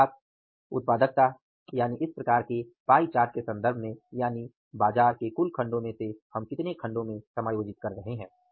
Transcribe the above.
अर्थात उत्पादकता यानि इस प्रकार के पाई चार्ट के सन्दर्भ में यानि बाजार के कुल खंडों में से हम कितने खंडों में समायोजित कर रहे हैं